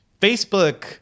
Facebook